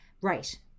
Right